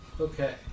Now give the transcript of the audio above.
Okay